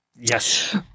Yes